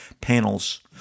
panels